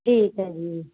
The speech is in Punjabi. ਠੀਕ ਹੈ ਜੀ